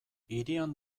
hirian